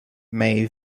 may